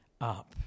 up